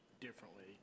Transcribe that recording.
differently